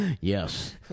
Yes